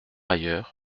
ailleurs